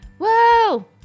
Whoa